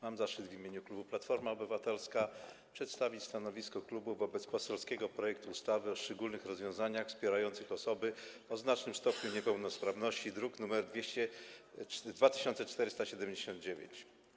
Mam zaszczyt w imieniu klubu Platforma Obywatelska przedstawić stanowisko wobec poselskiego projektu ustawy o szczególnych rozwiązaniach wspierających osoby o znacznym stopniu niepełnosprawności, druk nr 2479.